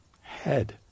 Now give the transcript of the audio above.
head